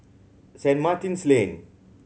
Saint Martin's Lane